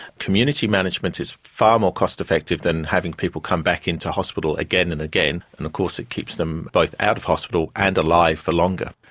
community management is far more cost effective than having people come back into hospital again and again, and of course it keeps them both out of hospital and alive for longer.